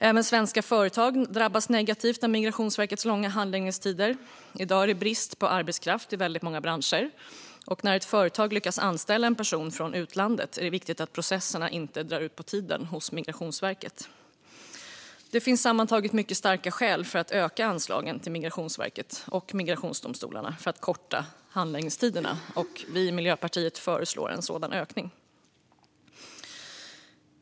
Även svenska företag drabbas negativt av Migrationsverkets långa handläggningstider. I dag råder det brist på arbetskraft i väldigt många branscher. När ett företag lyckas anställa en person från utlandet är det viktigt att processerna inte drar ut på tiden hos Migrationsverket. Det finns sammantaget mycket starka skäl att öka anslagen till Migrationsverket och migrationsdomstolarna för att korta handläggningstiderna. Vi i Miljöpartiet föreslår en sådan ökning.